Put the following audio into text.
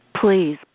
Please